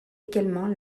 également